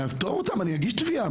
אני אפתור אותם, אני אגיש תביעה.